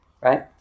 Right